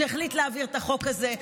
שהחליט להעביר את החוק הזה,